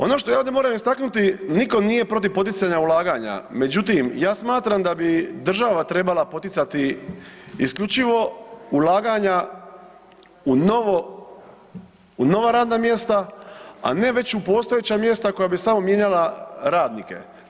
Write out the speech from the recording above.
Ono što ja ovdje moram istaknuti, niko nije protiv poticanja ulaganja, međutim ja smatram da bi država trebala poticati isključivo ulaganja u novo, u nova radna mjesta, a ne već u postojeća mjesta koja bi samo mijenjala radnike.